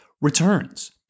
returns